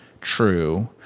true